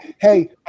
hey